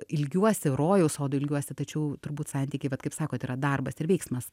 ilgiuosi rojaus sodų ilgiuosi tačiau turbūt santykiai vat kaip sakot yra darbas ir veiksmas